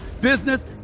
business